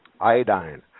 iodine